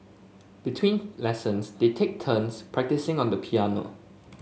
between lessons they take turns practising on the piano